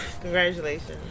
Congratulations